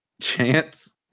Chance